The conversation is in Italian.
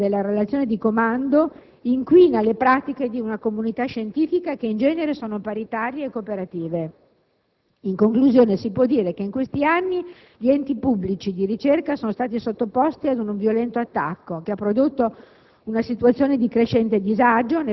La struttura gerarchica, tipica della relazione di comando, inquina le pratiche di una comunità scientifica, che in genere sono paritarie e cooperative. In conclusione, si può dire che in questi anni gli enti pubblici di ricerca sono stati sottoposti ad un violento attacco, che ha prodotto